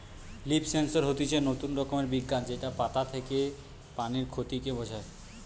leaf sensor হতিছে নতুন রকমের বিজ্ঞান যেটা পাতা থেকে পানির ক্ষতি কে বোঝায়